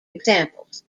examples